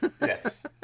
yes